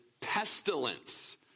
pestilence